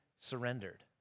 surrendered